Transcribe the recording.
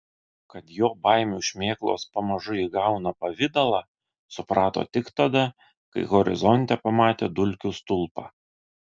kad jo baimių šmėklos pamažu įgauna pavidalą suprato tik tada kai horizonte pamatė dulkių stulpą